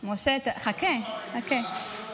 משה, חכה, חכה.